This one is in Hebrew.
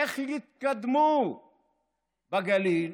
איך יתקדמו בגליל